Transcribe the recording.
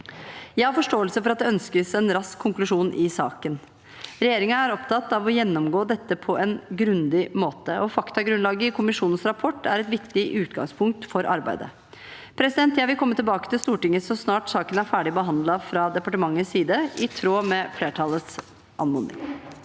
Jeg har forståelse for at det ønskes en rask konklusjon i saken. Regjeringen er opptatt av å gjennomgå dette på en grundig måte, og faktagrunnlaget i kommisjonens rapport er et viktig utgangspunkt for arbeidet. Jeg vil komme tilbake til Stortinget så snart saken er ferdig behandlet fra departementets side, i tråd med stortingsflertallets anmodning.